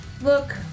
Look